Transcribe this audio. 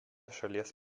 šalies